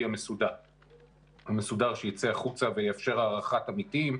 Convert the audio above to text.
המסודר שיצא החוצה ויאפשר הערכת עמיתים,